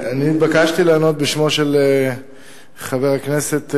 אני התבקשתי לענות בשמו של חבר הכנסת,